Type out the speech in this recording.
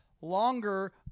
longer